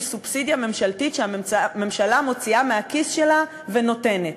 סובסידיה ממשלתית שהממשלה מוציאה מהכיס שלה ונותנת.